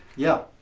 yeah,